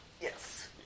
Yes